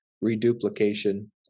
reduplication